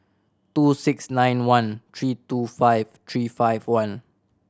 two six nine one three two five three five one